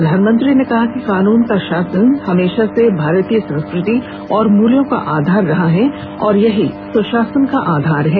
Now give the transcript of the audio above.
प्रधानमंत्री ने कहा कि कानून का शासन हमेशा से भारतीय संस्कृति और मूल्यों का आधार रहा है और यही सुशासन का आधार है